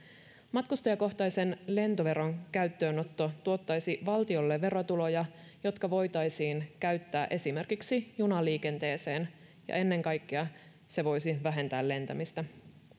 matkustajakohtaisen lentoveron käyttöönotto tuottaisi valtiolle verotuloja jotka voitaisiin käyttää esimerkiksi junaliikenteeseen ja ennen kaikkea se voisi vähentää lentämistä